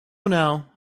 now